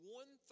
one